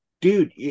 dude